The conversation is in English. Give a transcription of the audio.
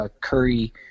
Curry